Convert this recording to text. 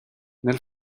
nel